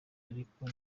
ariko